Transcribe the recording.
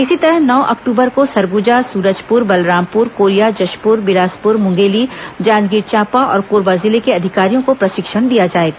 इसी तरह नौ अक्टूबर को सरगुजा सूरजपुर बलरामपुर कोरिया जशपुर बिलासपुर मुंगेली जांजगीर चांपा और कोरबा जिले के अधिकारियों को प्रशिक्षण दिया जाएगा